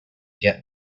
get